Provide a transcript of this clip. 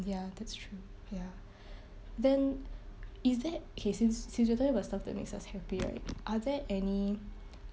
ya that's true ya then is that okay since since we're talking about sutff that makes us happy right are there any